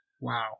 Wow